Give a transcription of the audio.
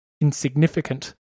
insignificant